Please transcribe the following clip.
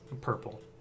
purple